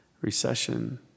recession